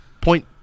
point